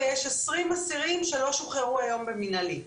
ויש 20 אסירים שלא שוחררו היום במנהלי,